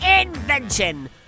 invention